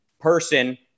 person